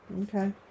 Okay